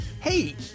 hey